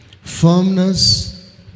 Firmness